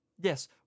Yes